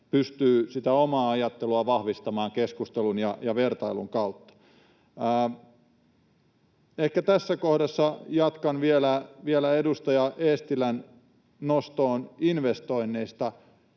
pystyy sitä omaa ajattelua vahvistamaan keskustelun ja vertailun kautta. Ehkä tässä kohdassa jatkan vielä edustaja Eestilän nostoon investoinneista